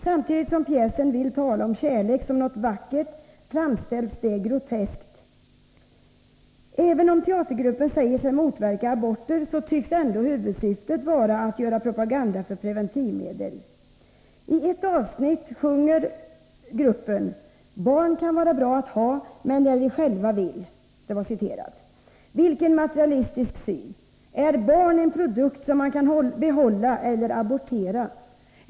Samtidigt som pjäsen vill tala om kärleken som något vackert framställs den som något groteskt. Även om teatergruppen säger sig motverka aborter tycks huvudsyftet ändå vara att göra propaganda för preventivmedel. I ett avsnitt sjunger gruppen: ”Barn kan vara bra att ha, men när vi själva vill.” Vilken materialistisk syn! Är barn en produkt som man kan behålla eller abortera?